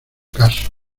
caso